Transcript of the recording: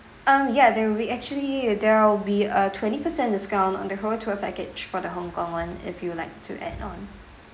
um ya there would be actually there'll be a twenty percent discount on the whole tour package for the hong kong [one] if you would like to add on